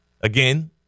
again